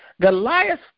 Goliath